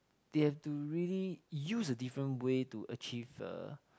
they have to really use a different way to achieve uh